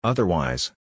Otherwise